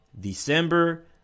december